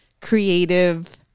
creative